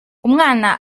umwana